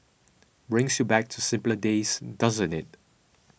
brings you back to simpler days doesn't it